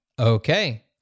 Okay